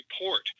report